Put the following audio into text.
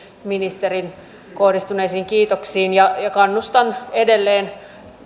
ministeriin kohdistuneisiin kiitoksiin ja ja kannustan edelleen